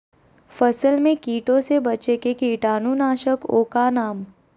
फसल में कीटों से बचे के कीटाणु नाशक ओं का नाम?